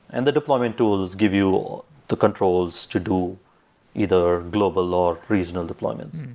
and the deployment tools give you the controls to do either global or regional deployments.